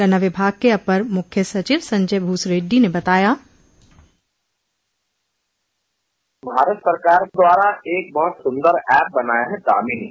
गन्ना विभाग के अपर मुख्य सचिव संजय भूस रेड्डी ने बताया भारत सरकार द्वारा एक बहुत सुन्दर ऐप बनाया है दामिनी